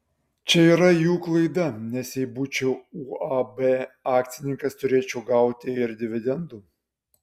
čia yra jų klaida nes jei būčiau uab akcininkas turėčiau gauti ir dividendų